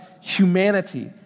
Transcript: humanity